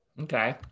Okay